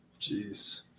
Jeez